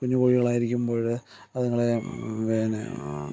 കുഞ്ഞുകോഴികളായിരിക്കുമ്പോൾ അതുങ്ങളെ പിന്നെ